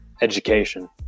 education